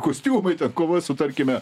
kostiumai ten kova su tarkime